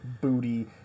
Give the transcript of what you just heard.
Booty